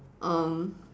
um